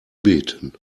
beten